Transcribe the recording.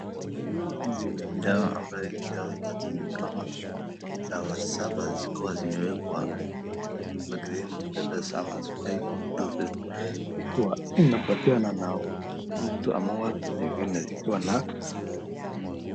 Hizi ni dawa ambazo ni dawa chache, ama dawa saba, zikiwa zimewekwa mezani, number five dosage , ikiwa inapatianwa na mtu ama watu zingine zikiwa na.